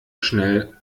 schnell